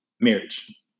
marriage